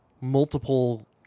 multiple